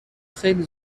خیلی